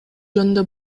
жөнүндө